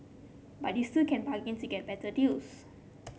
but you still can bargain to get better deals